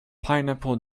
pineapple